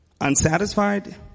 unsatisfied